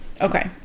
okay